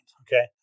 okay